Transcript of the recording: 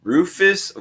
Rufus